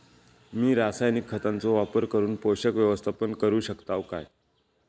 मी रासायनिक खतांचो वापर करून पोषक व्यवस्थापन करू शकताव काय?